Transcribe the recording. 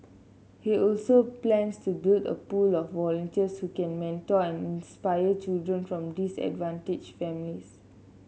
he also plans to build a pool of volunteers who can mentor and inspire children from disadvantaged families